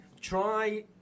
try